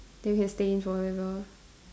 then you can stay in forever